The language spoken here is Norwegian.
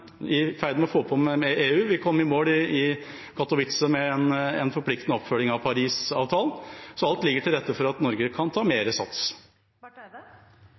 i ferd med å få på plass avtalene med EU, og vi kom i mål i Katowice med en forpliktende oppfølging av Parisavtalen. Så alt ligger til rette for at Norge kan ta